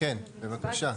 כן, בבקשה.